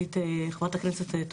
חברת הכנסת עידית,